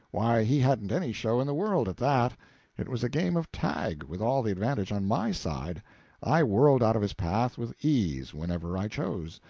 why, he hadn't any show in the world at that it was a game of tag, with all the advantage on my side i whirled out of his path with ease whenever i chose,